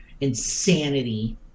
insanity